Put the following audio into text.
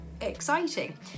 exciting